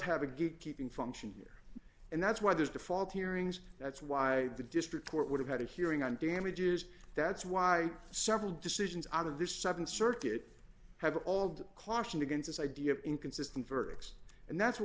have a good keeping function here and that's why there's default hearings that's why the district court would have had a hearing on damages that's why several decisions out of this seven circuit have auld cautioned against this idea of inconsistent verdicts and that's what